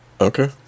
Okay